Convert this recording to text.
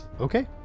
Okay